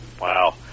Wow